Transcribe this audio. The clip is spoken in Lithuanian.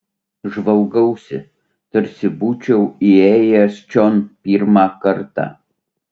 žvalgausi tarsi būčiau įėjęs čion pirmą kartą